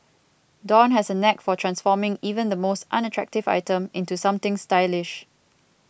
dawn has a knack for transforming even the most unattractive item into something stylish